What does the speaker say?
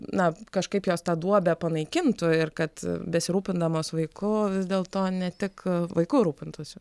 na kažkaip jos tą duobę panaikintų ir kad besirūpindamos vaiku vis dėl to ne tik vaiku rūpintųsi